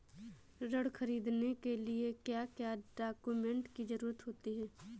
ऋण ख़रीदने के लिए क्या क्या डॉक्यूमेंट की ज़रुरत होती है?